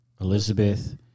Elizabeth